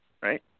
Right